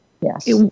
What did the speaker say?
Yes